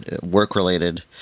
work-related